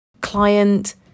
client